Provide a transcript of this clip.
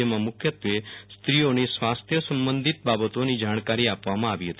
જેમાં મુખ્યત્વે સ્ત્રીઓની સ્વાસ્થ્ય સંબંધિત બાબતોની જાણકારી આપવામાં આવી હતી